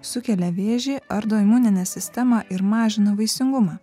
sukelia vėžį ardo imuninę sistemą ir mažina vaisingumą